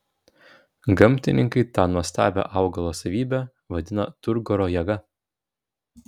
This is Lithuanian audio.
gamtininkai tą nuostabią augalo savybę vadina turgoro jėga